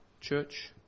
church